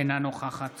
אינה נוכחת